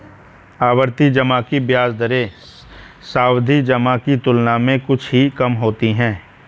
आवर्ती जमा की ब्याज दरें सावधि जमा की तुलना में कुछ ही कम होती हैं